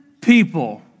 people